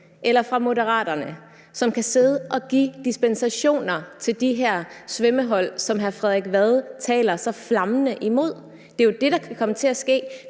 eller fra Moderaterne, som kan sidde og give dispensationer til de her svømmehold, som hr. Frederik Vad taler så flammende imod. Det er jo det, der kan komme til at ske.